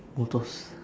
motors